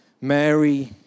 Mary